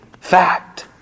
fact